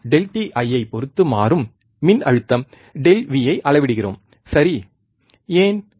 நாம் Δt ஐ பொருத்து மாறும் மின் அழுத்தம் ΔV ஐ அளவிடுவோம் சரி ஏன்